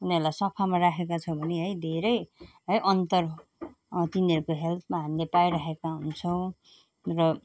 उनीहरूलाई सफामा राखेको छ भने है धेरै है अन्तर तिनीहरूको हेल्थमा हामीले पाइराखेका हुन्छौँ र